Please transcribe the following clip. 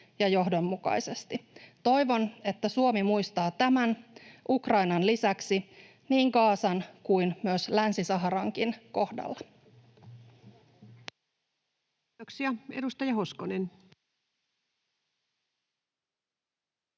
Toivon, että Suomi muistaa tämän Ukrainan lisäksi niin Gazan kuin myös Länsi-Saharankin kohdalla. Kiitoksia. — Edustaja Hoskonen.